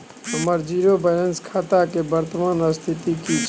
हमर zero balance खाता के वर्तमान स्थिति की छै?